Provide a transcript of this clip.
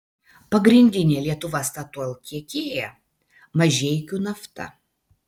pagrindinė lietuva statoil tiekėja mažeikių nafta